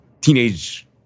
teenage